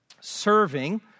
Serving